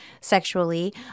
sexually